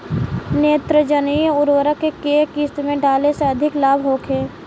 नेत्रजनीय उर्वरक के केय किस्त में डाले से अधिक लाभ होखे?